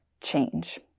change